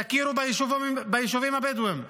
תכירו ביישובים הבדואיים,